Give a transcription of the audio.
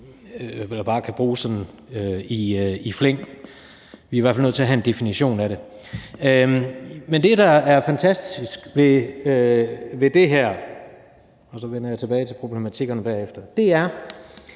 man bare kan bruge i flæng. Vi er i hvert fald nødt til at have en definition af det. Men det, der er fantastisk ved det her – og så vender jeg tilbage til problematikkerne bagefter – er,